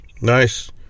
nice